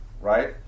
Right